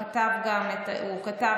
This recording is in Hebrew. הוא כתב,